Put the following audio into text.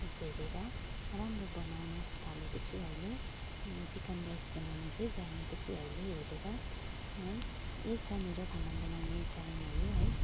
हेरेर राम्रो बनाउनु थालेको छु अहिले चिकन राइस बनाउनु चाहिँ जानेको छु अहिले हेरेर है यही छ मेरो खाना बनाउने टाइमहरू है